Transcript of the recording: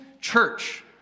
church